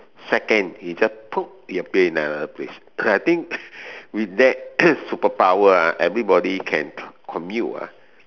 seconds he just he appear in another place cause I think with that superpower ah everybody can commute ah